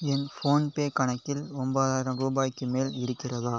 என் PhonePe கணக்கில் ஒன்பதாயிரம் ரூபாய்க்கு மேல் இருக்கிறதா